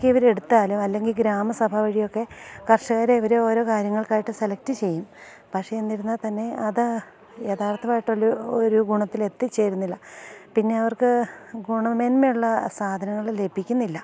ഒക്കെയിവരെടുത്താൽ അല്ലെങ്കിൽ ഗ്രാമസഭ വഴിയൊക്കെ കർഷകരെ ഇവർ ഓരോ കാര്യങ്ങൾക്കായിട്ട് സെലക്റ്റ് ചെയ്യും പക്ഷെ എന്നിരുന്നാൽ തന്നെ അത് യഥാർത്ഥമായിട്ടൊരു ഒരു ഗുണത്തിലെത്തിച്ചേരുന്നില്ല പിന്നെ അവർക്ക് ഗുണമേന്മയുള്ള സാധനങ്ങൾ ലഭിക്കുന്നില്ല